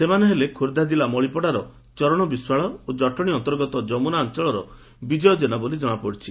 ସେମାନେ ଖୋର୍ବ୍ଧା ଜିଲ୍ଲା ମଳିପଡ଼ାର ଚରଣ ବିଶ୍ୱାଳ ଓ ଜଟଶୀ ଅନ୍ତର୍ଗତ ଯମୁନା ଅଞ୍ଚଳର ବିଜୟ ଜେନା ବୋଲି ଜଣାପଡ଼ିଛି